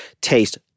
Taste